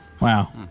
Wow